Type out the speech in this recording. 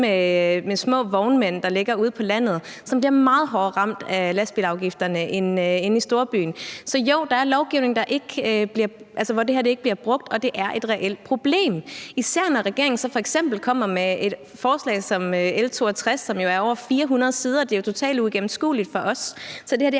de små vognmænd, der ligger ude på landet, og som bliver meget hårdere ramt af lastbilafgifterne, end man gør inde i storbyen. Så jo, der er lovgivning, hvor det her ikke bliver brugt, og det er et reelt problem, især når regeringen så f.eks. kommer med et lovforslag som L 62, som er på over 400 sider. Det er jo totalt uigennemskueligt for os. Så det her er